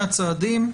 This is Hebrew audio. והנה הצעדים.